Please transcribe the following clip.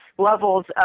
levels